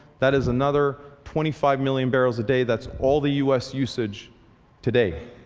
that is another twenty five million barrels a day. that's all the u s. usage today.